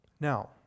Now